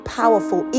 powerful